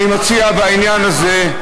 אני מציע בעניין הזה,